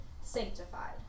sanctified